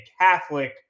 Catholic